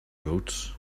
goats